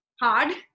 hard